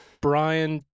Brian